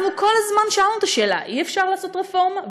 אנחנו כל הזמן שאלנו את השאלה: אי-אפשר לעשות רפורמה?